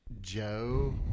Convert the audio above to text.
Joe